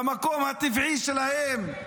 למקום הטבעי שלהם.